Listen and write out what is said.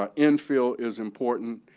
um infill is important.